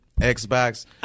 Xbox